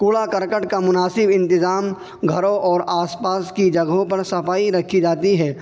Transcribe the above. کوڑا کرکٹ کا مناسب انتظام گھروں اور آس پاس کی جگہوں پر صفائی رکھی جاتی ہے